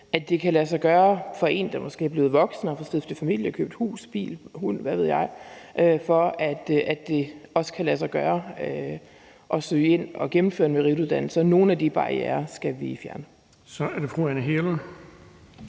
at det kan lade sig gøre for en, der måske er blevet voksen, har stiftet familie, købt hus, bil, hund, og hvad ved jeg, at søge ind og gennemføre en merituddannelse. Nogle af de barrierer skal vi fjerne.